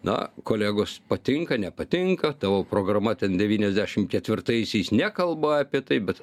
na kolegos patinka nepatinka tavo programa ten devyniasdešim ketvirtaisiais nekalba apie tai bet